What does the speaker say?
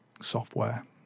software